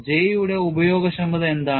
J യുടെ ഉപയോഗക്ഷമത എന്താണ്